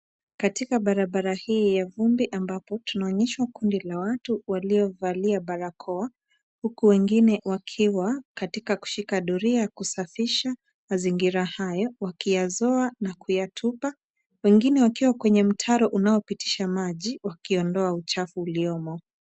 Katika barabara hii ya vumbi ambapo tunaonyeshwa kundi la watu waliovalia barakoa huku wengine wakiwa katika kushika doria ya kusafisha hayo wakiyazoa na kuyatupa .Wengine wakiwa kwenye mtaro unaopitisha maji wakiondoa uchafu uliomo.